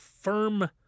firm